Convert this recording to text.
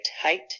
height